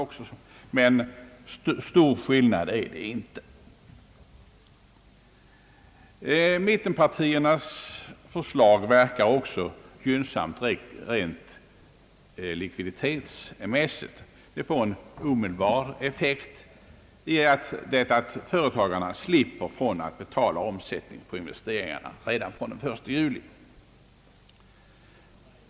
Men någon stor skillnad är det inte. Mittenpartiernas förslag verkar också gynnsamt rent likviditetsmässigt — det får alltså en omedelbar effekt, företagarna slipper betala omsättningsskatt på investeringarna redan från den 1 juli.